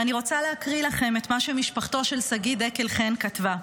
ואני רוצה להקריא לכם את מה שמשפחתו של שגיא דקל חן כתבה: